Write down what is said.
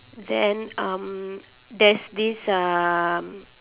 then um there's this um